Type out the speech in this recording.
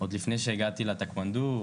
עוד לפני שהגעתי לטקוואנדו,